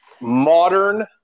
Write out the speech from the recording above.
modern